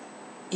it